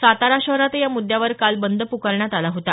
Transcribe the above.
सातारा शहरातही या मुद्यावर काल बंद पुकारण्यात आला होता